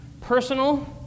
personal